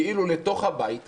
כאילו לתוך הבית הזה,